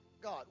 God